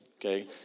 okay